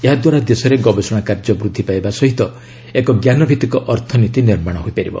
ଏହାଦ୍ୱାରା ଦେଶରେ ଗବେଷଣା କାର୍ଯ୍ୟ ବୃଦ୍ଧି ପାଇବା ସହ ଏକ ଜ୍ଞାନଭିତ୍ତିକ ଅର୍ଥନୀତି ନିର୍ମାଣ ହୋଇପାରିବ